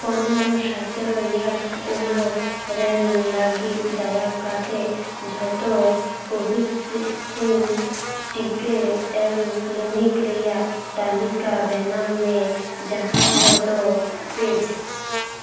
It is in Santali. ᱯᱚᱱᱮᱨᱚ ᱥᱟᱛᱮᱨᱚ ᱤᱭᱟᱨᱥ ᱩᱢᱮᱨ ᱨᱮᱱ ᱞᱟ ᱜᱤᱫ ᱫᱟᱭᱟ ᱠᱟᱛᱮᱫ ᱡᱷᱚᱛᱚ ᱠᱳᱼᱵᱷᱮᱠᱥᱤᱱ ᱴᱤᱠᱟᱹ ᱮᱢ ᱠᱞᱤᱱᱤᱠ ᱨᱮᱭᱟᱜ ᱛᱟᱞᱤᱠᱟ ᱵᱮᱱᱟᱣ ᱢᱮ ᱡᱟᱦᱟᱸ ᱠᱚᱫᱚ ᱯᱮᱭᱰ